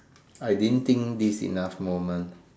I didn't think this enough moment